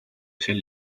sel